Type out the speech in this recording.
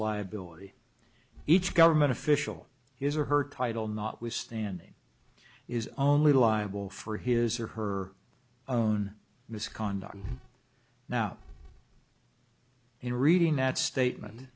liability each government official his or her title notwithstanding is only liable for his or her own misconduct now in reading that state